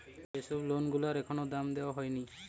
যে সব লোন গুলার এখনো দাম দেওয়া হয়নি